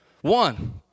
One